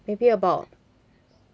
maybe about